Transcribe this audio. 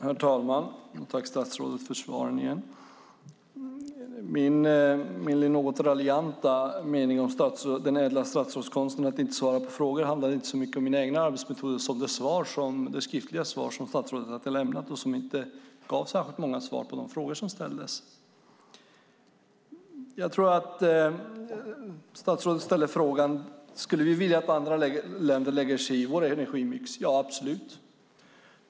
Herr talman! Jag tackar statsrådet för svaren igen. Min något raljanta mening om den ädla statsrådskonsten att inte svara på frågor handlade inte så mycket om mina egna arbetsmetoder som om det skriftliga svar som statsrådet har lämnat. Det ger inte särskilt många svar på de frågor som ställdes. Statsrådet ställde frågan: Skulle vi vilja att andra länder lägger sig i vår energimix? Ja, absolut!